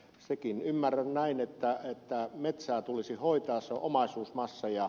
senkin ymmärrän näin että metsää tulisi hoitaa se on omaisuusmassa